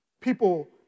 People